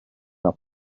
are